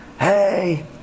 Hey